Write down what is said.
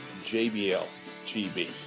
JBLGB